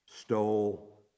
stole